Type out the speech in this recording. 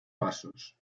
pasos